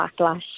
backlash